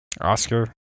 Oscar